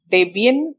Debian